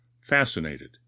Fascinated